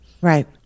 Right